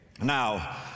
Now